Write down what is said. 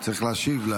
צריך להשיב,